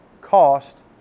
cost